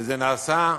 וזה נעשה,